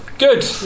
Good